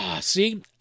See